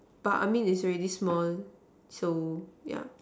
but I mean it's already small so yeah